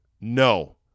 No